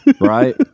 right